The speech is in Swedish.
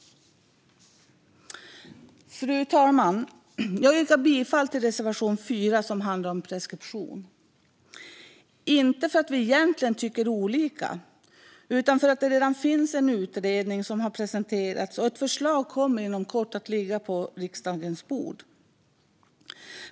Fru talman! Jag yrkar bifall till reservation 4, som handlar om preskription, inte för att vi egentligen tycker olika utan för att det redan finns en utredning som har presenterats och för att ett förslag inom kort kommer att ligga på riksdagens bord.